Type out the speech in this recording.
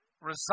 resign